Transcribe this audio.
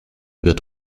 wird